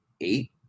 eight